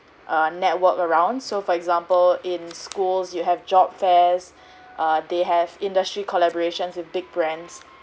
uh network around so for example in schools you have job fairs uh they have industry collaborations with big brands